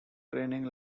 training